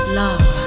love